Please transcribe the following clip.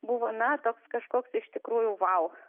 buvo na toks kažkoks iš tikrųjų vau